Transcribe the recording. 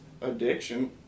addiction